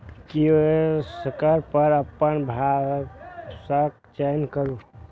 kiosk पर अपन भाषाक चयन करू